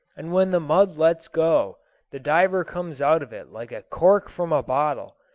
and when the mud lets go the diver comes out of it like a cork from a bottle.